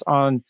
on